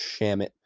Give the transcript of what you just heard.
Shamit